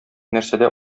нәрсәдә